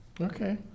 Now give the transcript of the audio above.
Okay